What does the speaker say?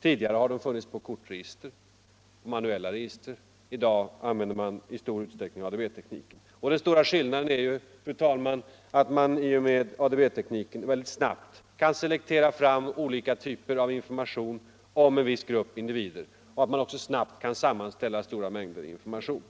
Tidigare har dessa informationer funnits i kortregister och manuella register. I dag använder man i stor utsträckning ADB-teknik. Den stora skillnaden är ju, fru talman, att man i och med ADB-tekniken väldigt snabbt kan selektera fram olika typer av information om en viss grupp individer och att man också snabbt kan sammanställa stora mängder information.